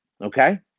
okay